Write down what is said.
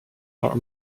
are